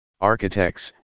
architects